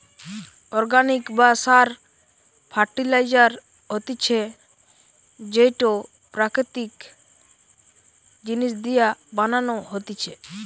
organic সার বা fertiliser হতিছে যেইটো প্রাকৃতিক জিনিস দিয়া বানানো হতিছে